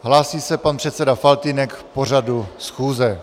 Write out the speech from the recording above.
Hlásí se pan předseda Faltýnek k pořadu schůze.